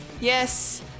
yes